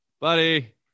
buddy